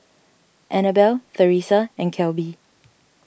Anabelle theresa and Kelby